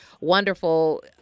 wonderful